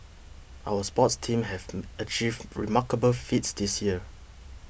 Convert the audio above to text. our sports teams have achieved remarkable feats this year